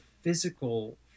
physical